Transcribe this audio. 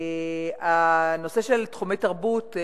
הנושא של תחומי תרבות,